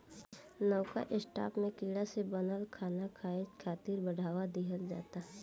नवका स्टार्टअप में कीड़ा से बनल खाना खाए खातिर बढ़ावा दिहल जाता